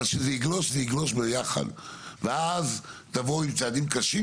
אבל שזה יגלוש זה יגלוש ביחד ואז תבואו עם צעדים קשים